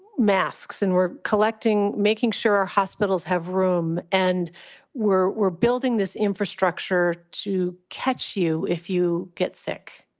masks and we're collecting making sure our hospitals have room. and we're we're building this infrastructure to catch you if you get sick.